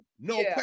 No